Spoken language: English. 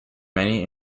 many